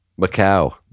Macau